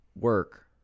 work